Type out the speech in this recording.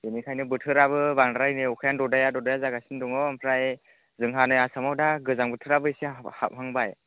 बेनिखायनो बोथोराबो बांद्राय नै अखायानो ददाया ददाया जागासिनो दङ ओमफ्राय जोंहा नै आसामाव दा गोजां बोथोराबो एसे हाबहांबाय